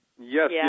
Yes